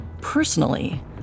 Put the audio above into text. Personally